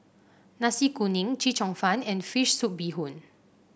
Nasi Kuning Chee Cheong Fun and fish soup Bee Hoon